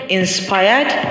inspired